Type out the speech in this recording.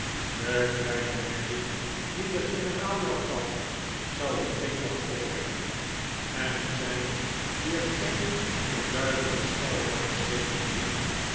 de kleine merrie die de generaal jou gaf zal je flink wat opbrengen en er zijn hier geen verd